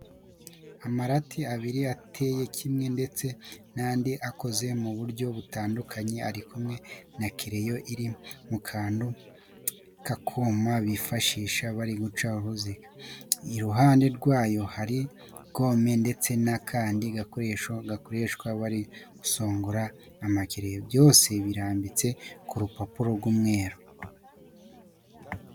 Amarati abiri ateye kimwe ndetse n'andi akoze mu buryo butandukanye ari kumwe na kereyo iri mu kantu k'akuma bifashisha bari guca uruziga, iruhande rwabyo hari gome ndetse n'akandi gakoresho bakoresha bari gusongora amakereyo. Byose birambitse ku rupapuro rw'umweru.